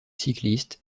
cycliste